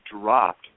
dropped